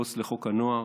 עו"ס לחוק הנוער.